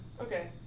Okay